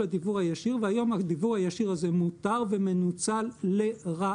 הדיוור הישיר והיום הדיוור הישיר הזה מותר ומנוצל לרעה.